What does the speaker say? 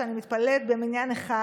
כשאני מתפללת במניין אחד,